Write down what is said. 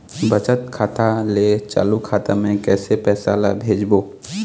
बचत खाता ले चालू खाता मे कैसे पैसा ला भेजबो?